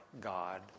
God